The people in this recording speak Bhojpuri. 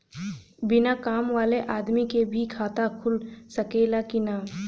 बिना काम वाले आदमी के भी खाता खुल सकेला की ना?